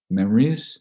memories